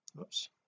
oops